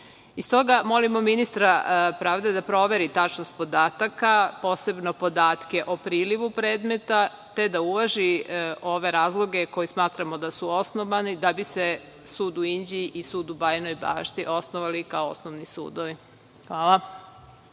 Bašti. Stoga, molimo ministra pravde da proveri tačnost podataka, posebno podatke o prilivu predmeta, te da uvaži ove razloge koje smatramo da su osnovani da bi se sud u Inđiji i sud u Bajinoj Bašti osnovali kao osnovni sudovi. Hvala.